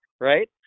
right